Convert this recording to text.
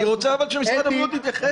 אני רוצה שמשרד הבריאות יתייחס לזה,